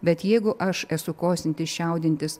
bet jeigu aš esu kosintis čiaudintis